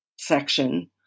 section